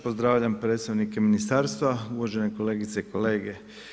Pozdravljam predstavnike Ministarstva, uvažene kolegice i kolege.